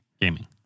Gaming